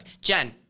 Jen